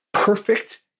perfect